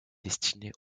destiné